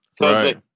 Right